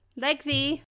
Lexi